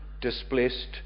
displaced